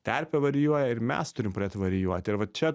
terpė varijuoja ir mes turim pradėt varijuoti ir va čia